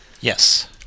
Yes